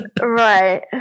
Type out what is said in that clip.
Right